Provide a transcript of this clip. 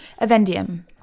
Avendium